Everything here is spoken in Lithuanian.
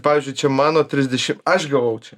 pavyzdžiui čia mano trisdešimt aš gavau čia